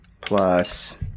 plus